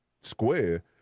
Square